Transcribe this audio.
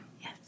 Yes